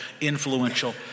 influential